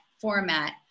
format